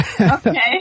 Okay